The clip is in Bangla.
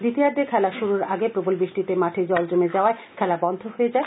দ্বিতীয়ার্ধে খেলা শুরুর আগে প্রবল বৃষ্টিতে মাঠে জল জমে যাওয়ায় খেলা বন্ধ হয়ে যায়